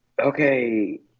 Okay